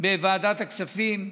בוועדת הכספים,